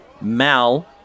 Mal